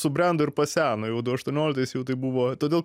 subrendo ir paseno jau du aštuonioliktais jau taip buvo todėl